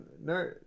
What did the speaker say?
no